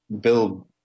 build